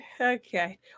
Okay